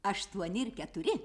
aštuoni ir keturi